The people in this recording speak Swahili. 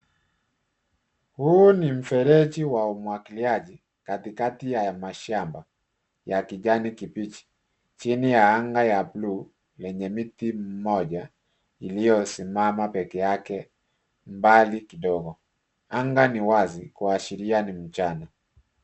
Huu ni mfereji wa umwagiliaji katikati ya mashamba ya kijani kibichi chini ya anga ya bluu lenye mti moja iliyosimama peke yake mbali kidogo, anga ni wazi kuashiria ni chana.